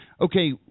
okay